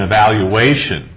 evaluation